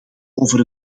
over